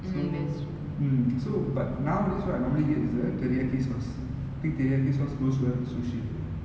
so mm so but nowadays what I normally get is the teriyaki sauce I think teriyaki sauce goes well with sushi